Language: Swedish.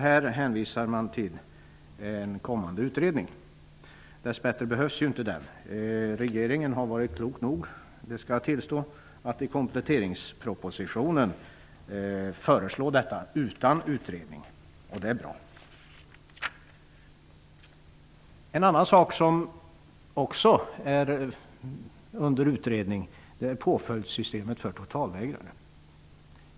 Här hänvisar man till en kommande utredning. Den behövs dess bättre inte. Regeringen har varit klok nog -- det skall jag tillstå -- att föreslå detta i kompletteringspropositionen utan utredning. Det är bra. En annan sak som också är under utredning är påföljdssystemet för totalvägrare.